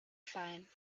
fine